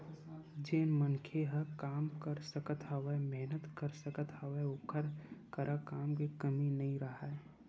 जेन मनखे ह काम कर सकत हवय, मेहनत कर सकत हवय ओखर करा काम के कमी नइ राहय